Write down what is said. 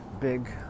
big